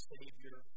Savior